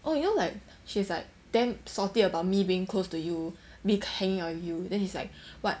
oh you know like she's like damn salty about me being close to you me hanging out with you then she's like what